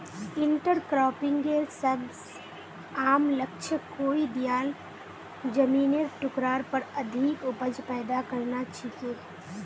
इंटरक्रॉपिंगेर सबस आम लक्ष्य कोई दियाल जमिनेर टुकरार पर अधिक उपज पैदा करना छिके